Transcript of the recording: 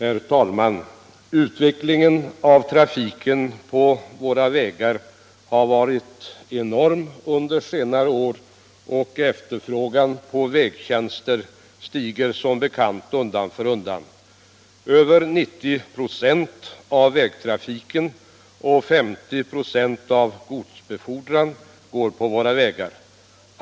Herr talman! Utvecklingen av trafiken på våra vägar har varit enorm under senare år och efterfrågan på vägtjänster stiger som bekant undan för undan. Över 90 96 av persontrafiken och 50 96 av godsbefordran går på våra vägar.